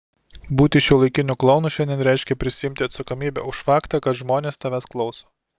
būti šiuolaikiniu klounu šiandien reiškia prisiimti atsakomybę už faktą kad žmonės tavęs klauso